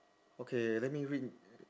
okay let me read